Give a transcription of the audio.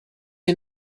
ihr